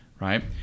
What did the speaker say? Right